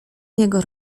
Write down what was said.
jego